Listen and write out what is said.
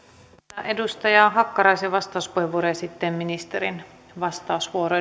vielä edustaja hakkaraisen vastauspuheenvuoro ja sitten ministerin vastausvuoro